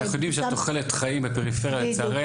אנחנו יודעים שתוחלת החיים בפריפריה לצערנו הרבה יותר נמוכה בפריפריה.